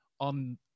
on